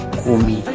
kumi